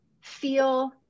feel